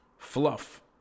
Fluff